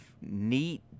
neat